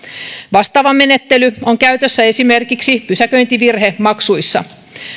vastaava menettely on käytössä esimerkiksi pysäköintivirhemaksuissa